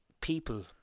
people